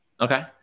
Okay